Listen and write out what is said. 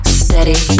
steady